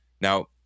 Now